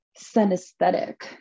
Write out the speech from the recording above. synesthetic